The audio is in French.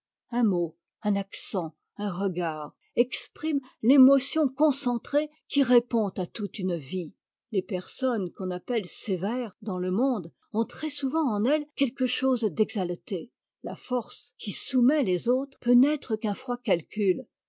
un mot un accent un regard expriment l'émotion concentrée qui répond à toute une vie les personnes qu'on appelle sévères dans le monde ont très-souvent en elles quelque chose d'exalté la force qui soumet les autres peut n'être qu'un froid calcul